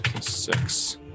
Six